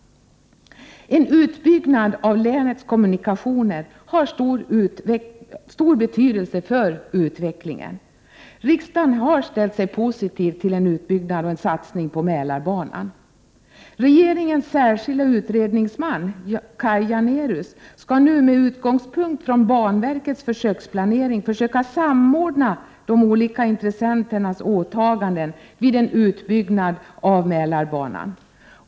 En utbyggnad av länets kommunikationer har stör betydelse för utvecklingen. Riksdagen har ställt sig positiv till en satsning på Mälarbanan. Regeringens särskilde utredningsman Kaj Janérus skall nu med utgångspunkt från banverkets försöksplanering försöka samordna de olika intressenternas åtaganden vid en utbyggnad av Mälarbanan.